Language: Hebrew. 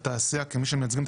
התעשיינים, בואו נשמע את